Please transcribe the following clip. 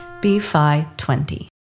b520